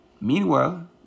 Meanwhile